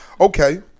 okay